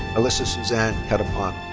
alyssa suzanne catapano.